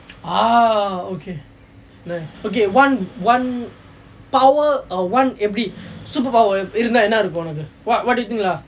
ah okay okay one one power uh one எப்படி:eppadi superpower இருந்தா என்ன இருக்கும் உனக்கு:irunthaa enna irukkum unakku what what do you think lah